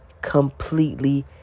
completely